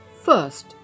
first